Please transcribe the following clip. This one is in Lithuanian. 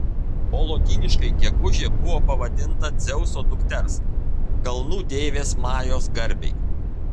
o lotyniškai gegužė buvo pavadinta dzeuso dukters kalnų deivės majos garbei